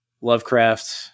Lovecraft